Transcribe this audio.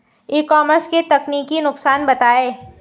ई commerce के तकनीकी नुकसान बताएं?